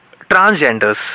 transgenders